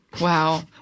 Wow